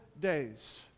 days